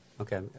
Okay